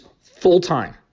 full-time